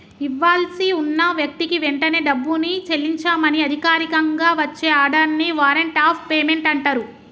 ఇవ్వాల్సి ఉన్న వ్యక్తికి వెంటనే డబ్బుని చెల్లించమని అధికారికంగా వచ్చే ఆర్డర్ ని వారెంట్ ఆఫ్ పేమెంట్ అంటరు